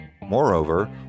Moreover